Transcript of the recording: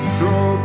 Throw